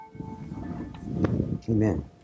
amen